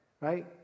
right